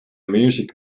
music